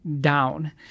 down